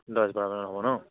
দহ বাৰমান হ'ব ন